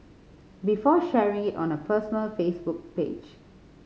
before sharing it on her personal Facebook page